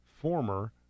former